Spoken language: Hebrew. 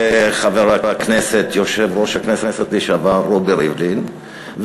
וחבר הכנסת יושב-ראש הכנסת לשעבר רובי ריבלין,